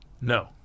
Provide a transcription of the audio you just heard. No